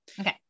Okay